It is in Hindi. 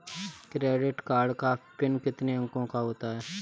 क्रेडिट कार्ड का पिन कितने अंकों का होता है?